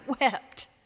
wept